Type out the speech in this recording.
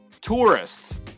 tourists